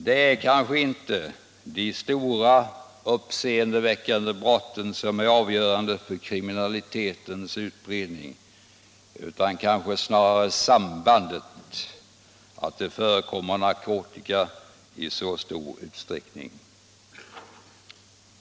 Det är kanske inte de stora, uppseendeväckande brotten som är avgörande för kriminalitetens utbredning, utan snarare det starka sambandet mellan narkotika och brottslighet.